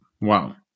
Wow